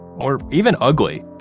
or even ugly.